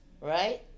right